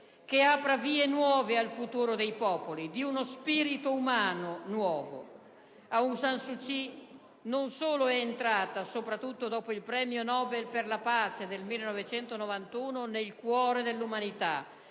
che apra vie nuove al futuro dei popoli, di uno spirito umano nuovo. Aung San Suu Kyi non solo è entrata, soprattutto dopo il premio Nobel per la pace ricevuto nel 1991, nel cuore dell'umanità,